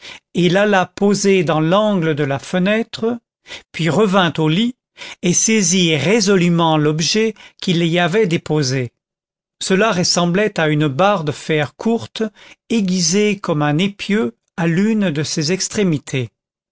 et l'alla poser dans l'angle de la fenêtre puis revint au lit et saisit résolument l'objet qu'il y avait déposé cela ressemblait à une barre de fer courte aiguisée comme un épieu à l'une de ses extrémités